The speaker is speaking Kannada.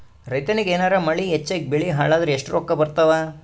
ರೈತನಿಗ ಏನಾರ ಮಳಿ ಹೆಚ್ಚಾಗಿಬೆಳಿ ಹಾಳಾದರ ಎಷ್ಟುರೊಕ್ಕಾ ಬರತ್ತಾವ?